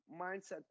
mindset